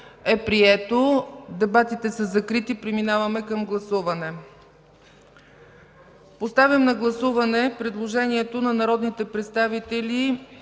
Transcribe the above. е прието. Дебатите са закрити. Преминаваме към гласуване. Поставям на гласуване предложението на народните представители